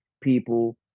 people